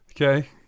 Okay